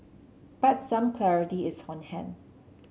but some clarity is on hand